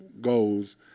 goals